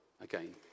again